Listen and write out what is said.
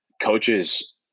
coaches